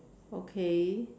okay